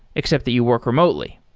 except that you work remotely.